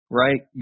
right